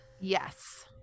Yes